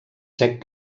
sec